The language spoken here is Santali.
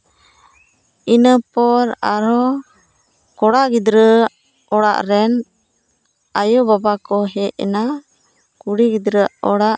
ᱤᱱᱟᱹ ᱯᱚᱨ ᱟᱨᱦᱚᱸ ᱠᱚᱲᱟ ᱜᱤᱫᱽᱨᱟᱹᱣᱟᱜ ᱚᱲᱟᱜ ᱨᱮᱱ ᱟᱭᱳ ᱵᱟᱵᱟ ᱠᱚ ᱦᱮᱡ ᱮᱱᱟ ᱠᱩᱲᱤ ᱜᱤᱫᱽᱨᱟᱹᱣᱟᱜ ᱚᱲᱟᱜ